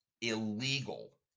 illegal